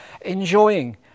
enjoying